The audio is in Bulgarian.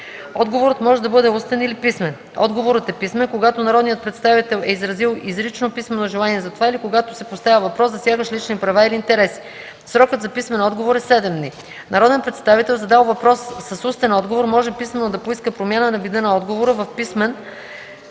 Отговорът може да бъде устен или писмен. Отговорът е писмен, когато народният представител е изразил изрично писмено желание за това или когато се поставя въпрос, засягащ лични права или интереси. Срокът за писмен отговор е 7 дни. Народен представител, задал въпрос с устен отговор, може писмено да поиска промяна на вида на отговора в писмен